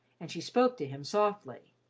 and she spoke to him softly.